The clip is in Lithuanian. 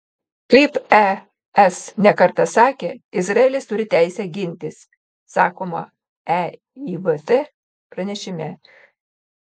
kaip es ne kartą sakė izraelis turi teisę gintis sakoma eivt pranešime